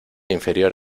inferior